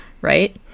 right